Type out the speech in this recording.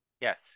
yes